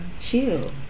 chill